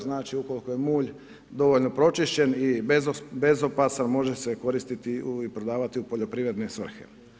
Znači, ukoliko je mulj dovoljno pročišćen i bezopasan, može se koristiti i prodavati u poljoprivredne svrhe.